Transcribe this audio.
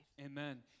Amen